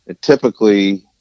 typically